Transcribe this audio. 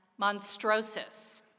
monstrosus